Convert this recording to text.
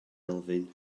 elfyn